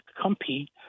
compete